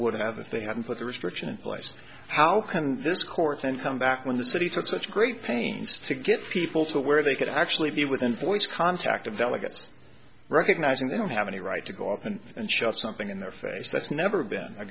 wouldn't have if they hadn't put the restriction in place how can this court then come back when the city took such great pains to get people to where they could actually be within voice contact of delegates recognizing they don't have any right to go often and shout something in their face that's never been